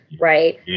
right